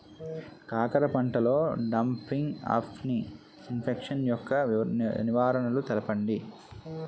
కాకర పంటలో డంపింగ్ఆఫ్ని ఇన్ఫెక్షన్ యెక్క నివారణలు తెలపండి?